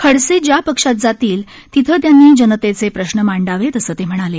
खडसे ज्या पक्षात जातील तिथे त्यांनी जनतेचे प्रश्न मांडावेत असं ते म्हणाले